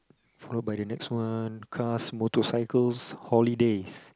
followed by the next one cars motorcycles holidays